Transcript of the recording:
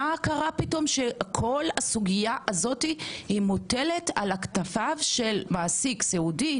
מה קרה פתאום שכל הסוגיה הזאת מוטלת על כתפיו של מעסיק סיעודי,